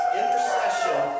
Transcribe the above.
intercession